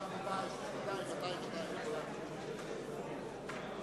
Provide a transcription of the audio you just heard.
שאול מופז מצביע גלעד ארדן, מצביע אורי אריאל,